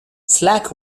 slack